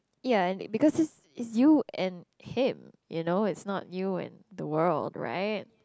ya because it's it's you and him you know it's not you and the world right